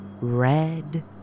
red